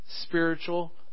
spiritual